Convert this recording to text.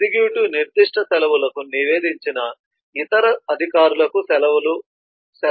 executive నిర్దిష్ట సెలవులకు నివేదించని ఇతర అధికారులకు సెలవును లీడ్ ఆమోదించదు